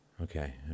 okay